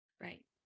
Right